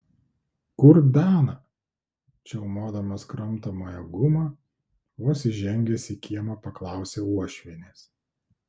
kur dana čiaumodamas kramtomąją gumą vos įžengęs į kiemą paklausė uošvienės